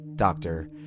doctor